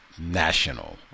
national